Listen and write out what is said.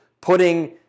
putting